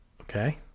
Okay